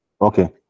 okay